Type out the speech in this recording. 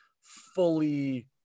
fully